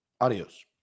Adios